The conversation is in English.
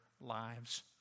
lives